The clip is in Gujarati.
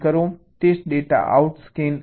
test data out scan out સમાન છે